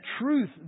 truth